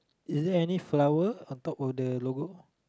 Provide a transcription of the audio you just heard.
is there any flower of the old logo